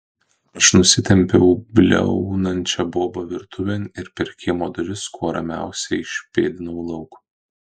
aš nusitempiau bliaunančią bobą virtuvėn ir per kiemo duris kuo ramiausiai išpėdinau lauk